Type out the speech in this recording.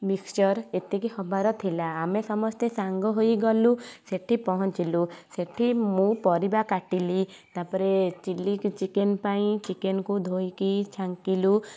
mixture ଏତିକି ହବାର ଥିଲା ଆମେ ସମସ୍ତେ ସାଙ୍ଗ ହୋଇ ଗଲୁ ସେଇଠି ପହଞ୍ଚିଲୁ ସେଇଠି ମୁଁ ପରିବା କାଟିଲି ତାପରେ ଚିଲି ଚିକେନ ପାଇଁ ଚିକେନ କୁ ଧୋଇକି ଛାଙ୍କିଲୁ